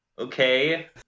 Okay